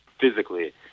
physically